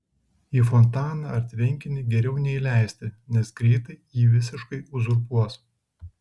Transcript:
į fontaną ar tvenkinį geriau neįleisti nes greitai jį visiškai uzurpuos